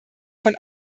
von